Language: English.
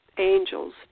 angels